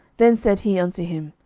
then said he unto him,